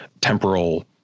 temporal